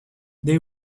they